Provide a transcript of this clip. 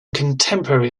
contemporary